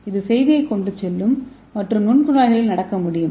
இது செய்தியைக் கொண்டு செல்லும் மற்றும் நுண்குழாய்களில் நடக்க முடியும்